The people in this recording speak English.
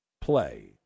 play